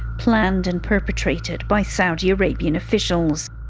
planned and perpetrated by saudi arabian officials.